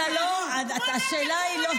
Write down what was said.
אתה לא שומע אותי?